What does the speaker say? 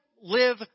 live